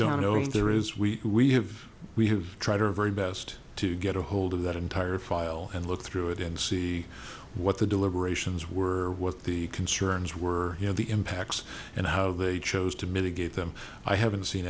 don't know if there is we we have we have tried her very best to get ahold of that entire file and look through it and see what the deliberations were what the concerns were you know the impacts and how they chose to mitigate them i haven't seen